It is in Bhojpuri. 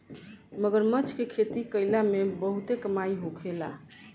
मगरमच्छ के खेती कईला में बहुते कमाई होखेला